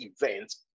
events